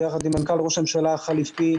ביחד עם מנכ"ל ראש הממשלה החליפי.